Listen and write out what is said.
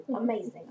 amazing